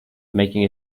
making